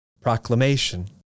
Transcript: proclamation